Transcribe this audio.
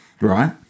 Right